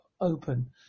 open